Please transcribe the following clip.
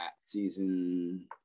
season